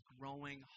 growing